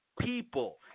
people